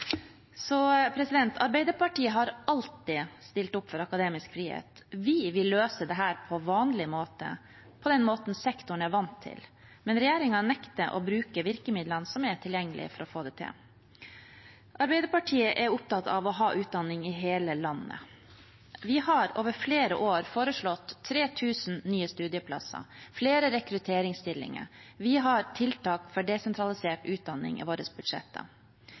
Arbeiderpartiet har alltid stilt opp for akademisk frihet. Vi vil løse dette på vanlig måte, på den måten sektoren er vant til, men regjeringen nekter å bruke virkemidlene som er tilgjengelige, for å få det til. Arbeiderpartiet er opptatt av å ha utdanning i hele landet. Vi har over flere år foreslått 3 000 nye studieplasser og flere rekrutteringsstillinger. Vi har tiltak for desentralisert utdanning i våre budsjetter.